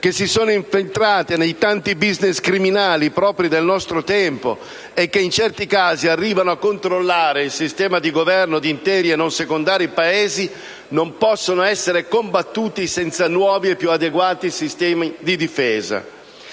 che si sono infiltrate nei tanti *business* criminali propri del nostro tempo, e che in certi casi arrivano a controllare il sistema di Governo di interi e non secondari Paesi, non possono essere combattute senza nuovi e più adeguati sistemi di difesa.